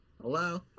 Hello